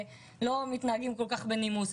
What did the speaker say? ולא מתנהגים כל-כך בנימוס.